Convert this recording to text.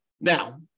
Now